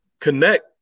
connect